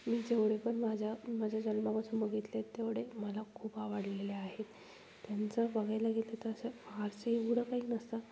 मी जेवढे पण माझ्या माझ्या जन्मापासून बघितले आहेत तेवढे मला खूप आवडलेले आहेत त्यांचं बघायला घेतलं तर असं फारसं एवढं काही नसतं